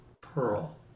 pearl